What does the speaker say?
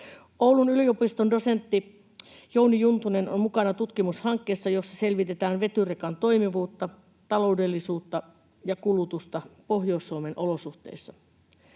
Oulun yliopiston dosentti Jouni Juntunen on mukana tutkimushankkeessa, jossa selvitetään vetyrekan toimivuutta, taloudellisuutta ja kulutusta Pohjois-Suomen olosuhteissa.